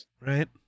Right